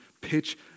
pitch